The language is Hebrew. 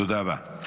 תודה רבה.